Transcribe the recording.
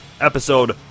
episode